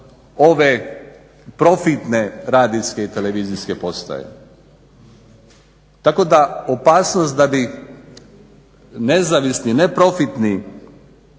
ove profitne radijske i televizijske postoje. Tako da opasnost da bi nezavisni neprofitni